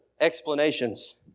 explanations